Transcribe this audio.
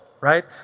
right